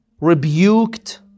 rebuked